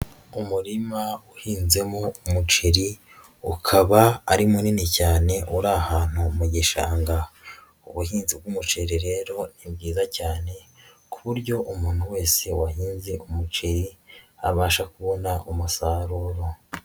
Umurima uhinzemo umuceri, ukaba ari munini cyane uri ahantu mu gishanga, ubuhinzi bw'umuceri rero ni bwiza cyane, ku buryo umuntu wese wahinze umuceri, abasha kubona umusaruro.